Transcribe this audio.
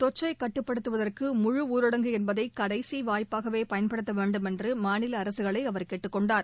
தொற்றை கட்டுப்படுத்துவதற்கு முழுஊரடங்கு என்பதை கடைசி வாய்ப்பாகவே பயன்படுத்த வேண்டும் என்று மாநில அரசுகளை அவர் கேட்டுக் கொண்டார்